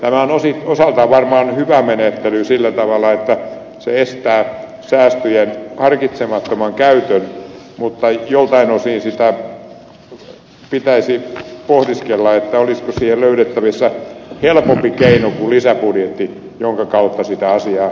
tämä on osaltaan varmaan hyvä menettely sillä tavalla että se estää säästöjen harkitsemattoman käytön mutta joiltain osin pitäisi pohdiskella olisiko siihen löydettävissä helpompi keino kuin lisäbudjetti jonka kautta sitä asiaa korjataan